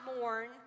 mourn